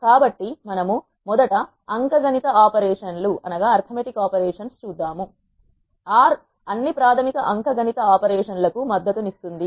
కాబట్టి మనము మొదట అంక గణిత ఆపరేషన్ లు చూద్దాము ఆర్ R అన్ని ప్రాథమిక అంక గణిత ఆపరేషన్ లకు మద్దతు ఇస్తుంది